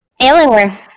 Alienware